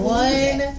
one